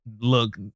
look